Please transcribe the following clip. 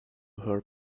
her